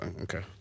Okay